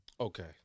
Okay